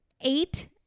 eight